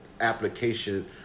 application